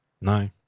No